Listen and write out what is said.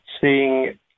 seeing